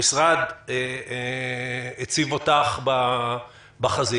המשרד הציב אותך בחזית.